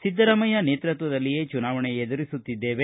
ಸಿದ್ದರಾಮಯ್ಯ ನೇತೃತ್ವದಲ್ಲಿಯೇ ಚುನಾವಣೆ ಎದುರಿಸುತ್ತಿದ್ದೇವೆ